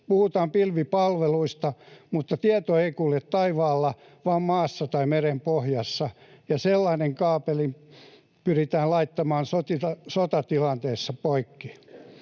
Puhutaan pilvipalveluista, mutta tieto ei kulje taivaalla vaan maassa tai merenpohjassa, ja sellainen kaapeli pyritään laittamaan sotatilanteessa poikki.